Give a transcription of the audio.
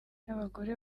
n’abagore